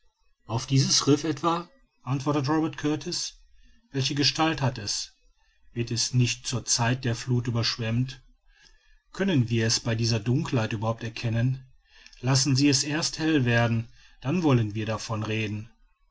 auf dieses riff etwa antwortet robert kurtis welche gestalt hat es wird es nicht zur zeit der fluth überschwemmt können wir es bei dieser dunkelheit überhaupt erkennen lassen sie es erst hell werden dann wollen wir davon reden